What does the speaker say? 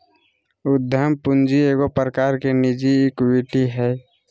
उद्यम पूंजी एगो प्रकार की निजी इक्विटी हइ